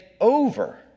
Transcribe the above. over